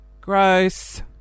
gross